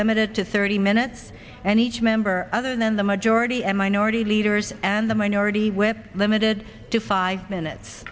limited to thirty minutes and each member other then the majority and minority leaders and the minority with limited to five minutes